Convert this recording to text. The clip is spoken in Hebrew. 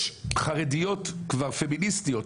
יש חרדיות כבר פמיניסטיות,